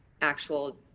actual